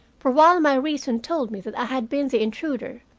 for while my reason told me that i had been the intruder,